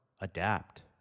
Adapt